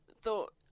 thought